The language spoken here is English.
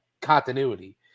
continuity